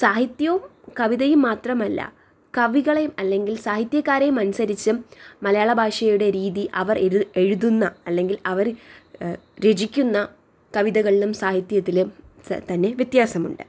സാഹിത്യവും കവിതയും മാത്രമല്ല കവികളെയും അല്ലെങ്കിൽ സാഹിത്യകാരെയും അനുസരിച്ചും മലയാളഭാഷയുടെ രീതി അവർ എഴുതുന്ന അല്ലെങ്കിൽ അവർ രചിക്കുന്ന കവിതകളിലും സാഹിത്യത്തിലും തന്നെ വ്യത്യാസമുണ്ട്